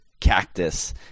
Cactus